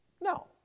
No